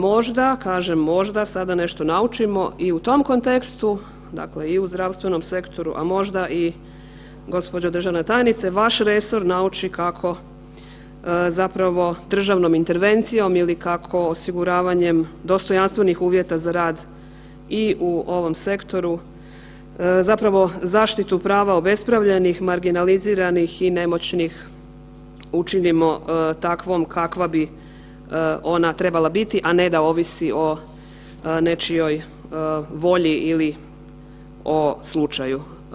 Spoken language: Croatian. Možda, kažem možda sada nešto naučimo i u tom kontekstu, dakle i u zdravstvenom sektoru, a možda i gospođo državna tajnice vaš resor nauči kako zapravo državnom intervencijom ili kako osiguravanjem dostojanstvenih uvjeta za rad i u ovom sektoru zapravo zaštitu prava obespravljenih, marginaliziranih i nemoćnih učinimo takvom kakva bi ona trebala biti, a ne da ovisi o nečijoj volji ili o slučaju.